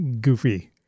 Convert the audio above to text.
goofy